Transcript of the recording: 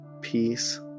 Peace